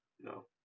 no